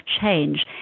change